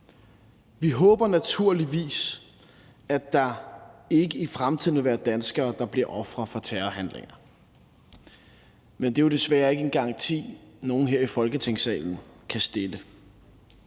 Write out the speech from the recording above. Vi håber naturligvis, at der ikke i fremtiden vil være danskere, der bliver ofre for terrorhandlinger, men det er jo desværre ikke en garanti, nogen her i Folketingssalen kan stille.